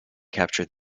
capture